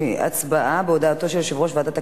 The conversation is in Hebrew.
הצבעה בהודעתו של יושב-ראש ועדת הכנסת,